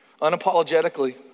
Unapologetically